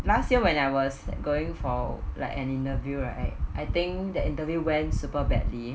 last year when I was going for like an interview right I think that interview went super badly